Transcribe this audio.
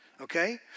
Okay